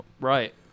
Right